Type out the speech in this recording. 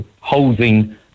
housing